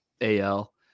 al